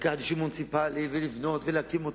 לקחת יישוב מוניציפלי, לבנות ולהקים אותו?